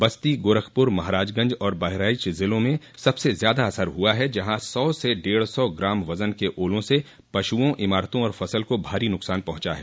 बस्ती गोरखपूर महाराजगंज और बहराइच जिलों में सबसे ज्यादा अॅसर हआ है जहां सौ से डेढ सौ ग्राम वजन के ओलों से पशुओं इमारतों और फसल को भारी नुकसान पहुंचा है